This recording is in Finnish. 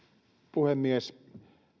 puhemies